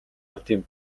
ардын